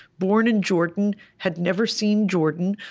born in jordan had never seen jordan.